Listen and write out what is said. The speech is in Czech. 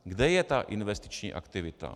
Kde je ta investiční aktivita?